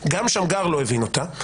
גם שמגר לא הבין אותה.